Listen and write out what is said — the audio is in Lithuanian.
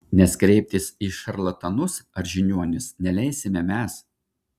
nes kreiptis į šarlatanus ar žiniuonius neleisime mes